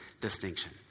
distinction